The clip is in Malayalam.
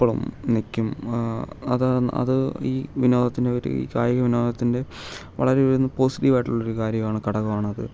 എപ്പോഴും നിൽക്കും ആ അത് അത് ഈ വിനോദത്തിന് ഒരു ഈ കായിക വിനോദത്തിൻ്റെ വളരെ ഒരു പോസിറ്റീവായിട്ടുള്ള ഒരു കാര്യമാണ് ഘടകമാണത്